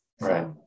right